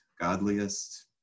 godliest